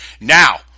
Now